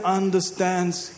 understands